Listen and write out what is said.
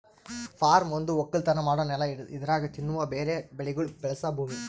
form ಒಂದು ಒಕ್ಕಲತನ ಮಾಡೋ ನೆಲ ಇದರಾಗ್ ತಿನ್ನುವ ಮತ್ತ ಬೇರೆ ಬೆಳಿಗೊಳ್ ಬೆಳಸ ಭೂಮಿ